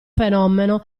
fenomeno